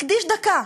הקדיש דקה,